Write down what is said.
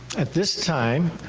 at this time,